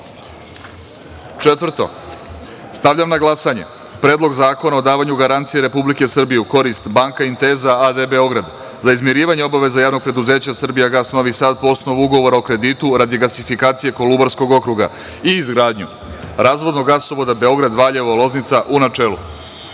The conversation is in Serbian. celini. Četvrto, stavljam na glasanje Predlog zakona o davanju garancije Republike Srbije u korist „Banka Intesa“ a.d. Beograd za izmirivanje obaveza JP „Srbijagas“ Novi Sad po osnovu ugovora o kreditu radi gasifikacije Kolubarskog okruga i izgradnju razvodnog gasovoda Beograd – Valjevo – Loznica, u načelu. Molim